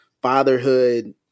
fatherhood